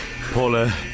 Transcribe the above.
Paula